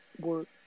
work